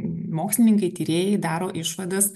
mokslininkai tyrėjai daro išvadas